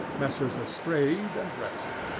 messrs. lestrade and gregson.